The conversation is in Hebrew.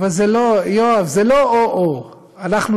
אדרבה, שיבואו לגור בארץ.